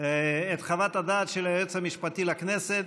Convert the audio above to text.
את חוות הדעת של היועץ המשפטי לכנסת.